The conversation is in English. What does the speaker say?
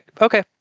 okay